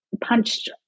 punched